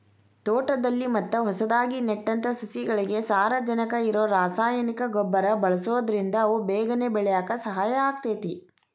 ತೋಟದಲ್ಲಿ ಮತ್ತ ಹೊಸದಾಗಿ ನೆಟ್ಟಂತ ಸಸಿಗಳಿಗೆ ಸಾರಜನಕ ಇರೋ ರಾಸಾಯನಿಕ ಗೊಬ್ಬರ ಬಳ್ಸೋದ್ರಿಂದ ಅವು ಬೇಗನೆ ಬೆಳ್ಯಾಕ ಸಹಾಯ ಆಗ್ತೇತಿ